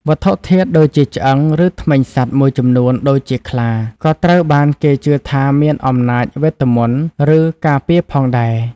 វត្ថុធាតុដូចជាឆ្អឹង ឬធ្មេញសត្វមួយចំនួន (ដូចជាខ្លា) ក៏ត្រូវបានគេជឿថាមានអំណាចវេទមន្ត ឬការពារផងដែរ។